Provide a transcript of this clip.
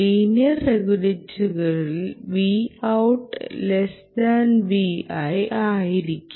linear റെഗുലേറ്ററുകളിൽആയിരിക്കണം